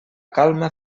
calma